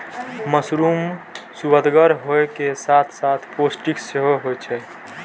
mushroom सुअदगर होइ के साथ साथ पौष्टिक सेहो होइ छै